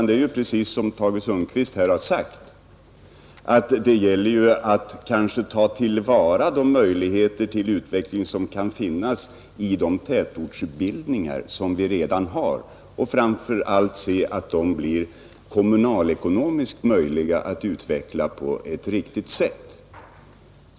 Det gäller, som Tage Sundkvist här har 157 sagt, att ta till vara de möjligheter till utveckling som kan finnas i redan befintliga tätortsbildningar och framför allt att se till att det blir kommunalekonomiskt möjligt att utveckla dem på ett riktigt sätt.